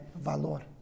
valor